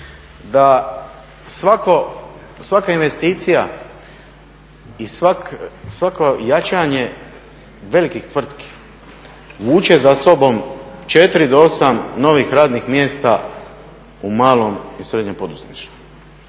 da svaka investicija i svako jačanje velikih tvrtki vuče za sobom 4 do 8 novih radnih mjesta u malom i srednjem poduzetništvu.